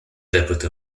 deputy